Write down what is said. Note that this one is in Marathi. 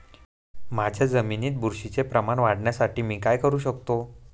माझ्या जमिनीत बुरशीचे प्रमाण वाढवण्यासाठी मी काय करू शकतो?